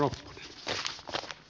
arvoisa puhemies